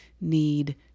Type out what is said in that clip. need